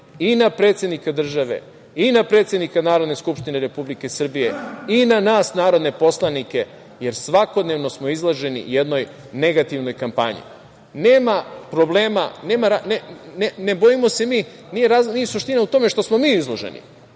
i na predsednika države i na predsednika Narodne skupštine Republike Srbije i na nas narodne poslanike, jer svakodnevno smo izloženi jednoj negativnoj kampanji. Nije suština u tome što smo mi izloženi.